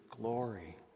glory